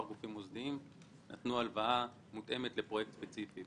גופים מוסדיים נתנו הלוואה מותאמת לפרויקט ספציפי.